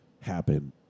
happen